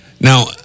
Now